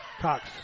Cox